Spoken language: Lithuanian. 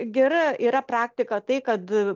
gera yra praktika tai kad